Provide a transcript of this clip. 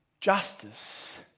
Justice